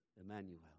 Emmanuel